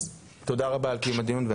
אז תודה רבה על קיום הדיון.